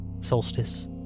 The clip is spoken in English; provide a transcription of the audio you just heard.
Solstice